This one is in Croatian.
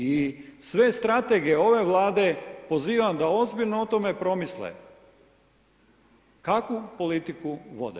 I sve strategije ove Vlade pozivam da ozbiljno o tome promisle kakvu politiku vode.